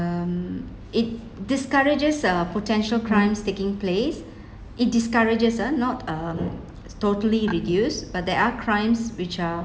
um it discourages uh potential crimes taking place it discourages ah not um totally reduce but there are crimes which are